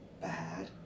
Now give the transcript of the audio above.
bad